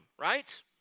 right